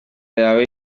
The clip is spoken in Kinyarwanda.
yawe